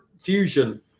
fusion